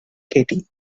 katie